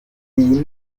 iyi